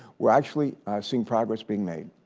we're actually seeing progress being made.